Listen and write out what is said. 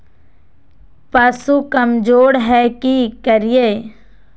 पशु कमज़ोर है कि करिये?